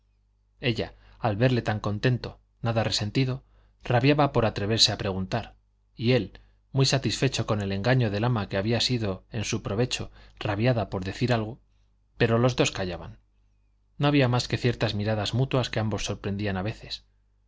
ella al verle tan contento nada resentido rabiaba por atreverse a preguntar y él muy satisfecho con el engaño del ama que había sido en su provecho rabiaba por decir algo pero los dos callaban no había más que ciertas miradas mutuas que ambos sorprendían a veces